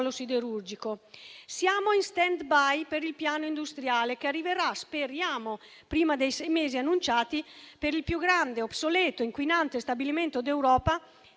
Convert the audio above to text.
siderurgico. Siamo in *stand-by* per il piano industriale che arriverà, speriamo prima dei sei mesi annunciati per il più grande, obsoleto e inquinante stabilimento d'Europa,